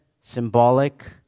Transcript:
symbolic